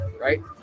right